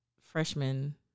freshman